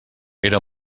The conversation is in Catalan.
era